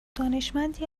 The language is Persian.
دانشمندی